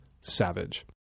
savage